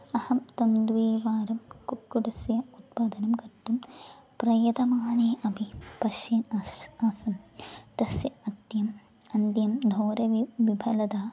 अहं तं द्विवारं कुक्कुटस्य उत्पादनं कर्तुं प्रयतमाने अपि पश्यन् अस्मि आसं तस्य अत्यन्तम् अन्यं नकरोमि फलता